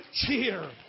cheer